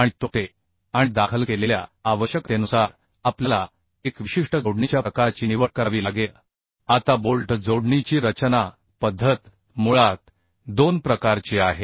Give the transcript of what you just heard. आणि तोटे आणि दाखल केलेल्या आवश्यकतेनुसार आपल्याला एक विशिष्ट जोडणीच्या प्रकाराची निवड करावी लागेल आता बोल्ट जोडणीची रचना पद्धत मुळात दोन प्रकारची आहे